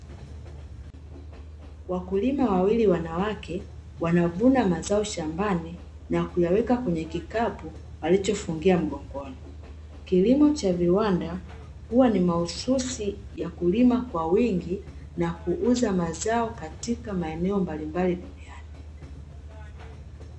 Wakulima wawili wanawake wanavuna mazao shambani na kuyaweka kwenye kikapu walichofungia mgongoni. Kilimo cha viwanda huwa ni mahususi ya kulima kwa wingi na kuuza mazao katika maeneo mbalimbali duniani.